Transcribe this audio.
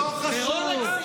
לא חשוב.